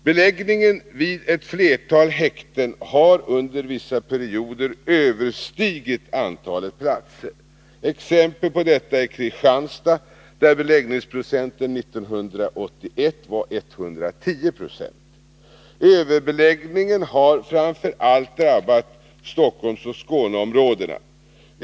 Beläggningen vid ett flertal häkten har under vissa perioder överstigit antalet platser. Exempel på detta är Kristianstad, där beläggningsprocenten 1981 var 110 26. Överbeläggningen har framför allt drabbat Stockholmsoch Skåneområdena.